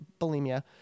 bulimia